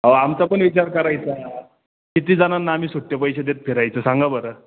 अहो आमचा पण विचार करायचा कितीजणांना आम्ही सुटे पैसे देत फिरायचं सांगा बरं